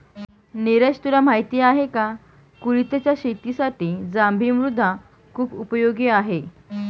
निरज तुला माहिती आहे का? कुळिथच्या शेतीसाठी जांभी मृदा खुप उपयोगी आहे